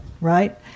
right